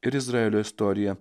ir izraelio istoriją